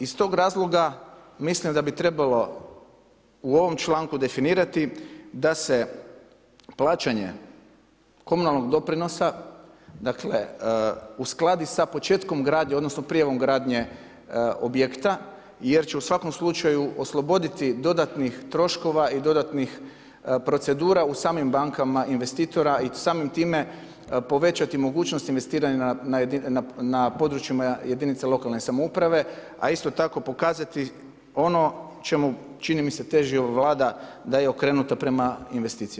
Iz tog razloga, mislim da bi trebalo u ovom članku definirati da se plaćanje komunalnog doprinosa, uskladi sa početkom gradnje, odnosno prijavom gradnje objekta jer će u svakom slučaju osloboditi dodatnih troškova i dodatnih procedura u samim bankama investitora i samim time povećati mogućnost investiranja na područjima jedinica lokalne samouprave, a isto tako pokazati ono čemu, čini mi se, teži ova Vlada, da je okrenuta prema investicijama.